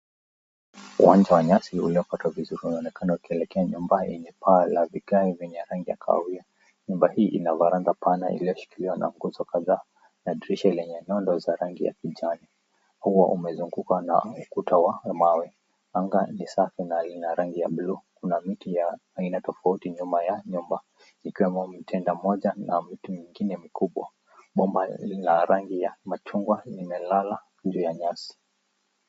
Uwanja wa nyasi uliopangwa vizuri unaonekana ukielekea nyumba yenye paa la vigae yenye rangi ya kahawia. Nyumba hii ina varanda pana iliyoshikiliwa na nguzo kadhaa na dirisha lenye nondo za rangi ya kijani. Ua umezungukwa na ukuta wa mawe. Anga ni safi na lina rangi ya blue . Kuna miti ya aina tofauti nyuma ya nyumba ikiwemo mtende mmoja na mti mwingine mkubwa. Bomba lina rangi ya machungwa limelala juu ya nyasi.